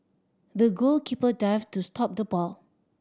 the goalkeeper dived to stop the ball